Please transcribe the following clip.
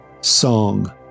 song